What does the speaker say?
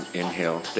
inhale